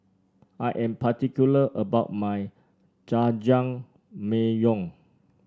I am particular about my Jajangmyeon